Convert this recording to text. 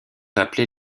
appelés